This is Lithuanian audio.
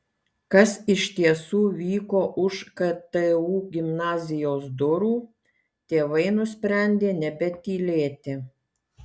kas iš tiesų vyko už ktu gimnazijos durų tėvai nusprendė nebetylėti